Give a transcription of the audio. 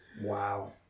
wow